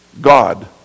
God